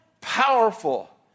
powerful